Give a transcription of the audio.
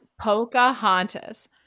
Pocahontas